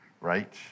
right